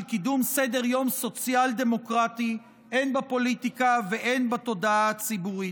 קידום סדר-יום סוציאל-דמוקרטי הן בפוליטיקה והן בתודעה הציבורית.